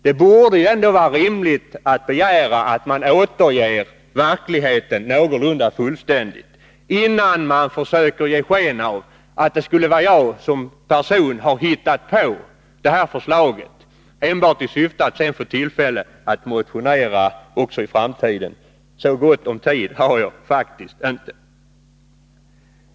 Det borde ändå vara rimligt att begära att man återger verkligheten någorlunda fullständigt, innan man försöker ge sken av att jag som person har hittat på förslaget enbart i syfte att sedan få tillfälle att motionera också i framtiden. Så gott om tid har jag faktiskt inte!